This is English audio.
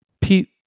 Pete